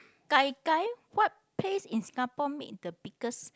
gai-gai what place in Singapore make the biggest